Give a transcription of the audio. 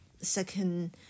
second